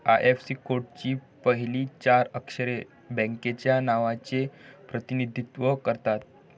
IFSC कोडची पहिली चार अक्षरे बँकेच्या नावाचे प्रतिनिधित्व करतात